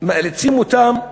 מאלצים אותם,